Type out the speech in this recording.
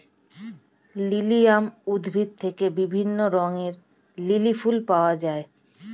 lilium উদ্ভিদ থেকে বিভিন্ন রঙের লিলি ফুল পাওয়া যায়